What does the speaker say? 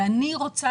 אני רוצה